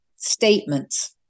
statements